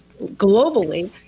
globally